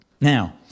Now